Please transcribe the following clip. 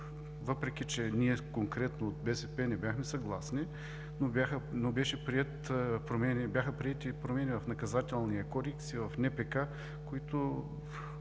въпреки че ние конкретно от БСП не бяхме съгласни, бяха приети промени в Наказателния кодекс и в НПК, които